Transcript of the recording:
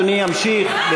אדוני ימשיך,